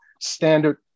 standard